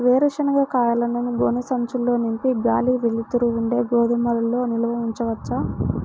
వేరుశనగ కాయలను గోనె సంచుల్లో నింపి గాలి, వెలుతురు ఉండే గోదాముల్లో నిల్వ ఉంచవచ్చా?